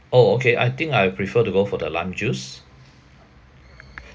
oh okay I think I prefer to go for the lime juice